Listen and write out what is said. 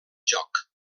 joc